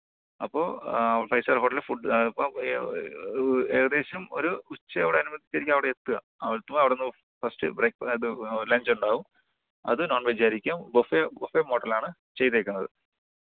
അപ്പോൾ five star hotel food ഇപ്പം ഏകദേശം ഒരു ഉച്ചയോട് അനുബന്ധിച്ചായിരിക്കും അവിടെയെത്തുക അവിടെയെത്തുന്നു ഫസ്റ്റ് ബ്രേയ്ക് ഇത് ലഞ്ചുണ്ടാകും അത് നോൺ വെജ്ജായിരിക്കും ബൊഫെ ബൊഫെ മോഡലാണ് ചെയ്തിരിക്കുന്നത്